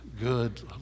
good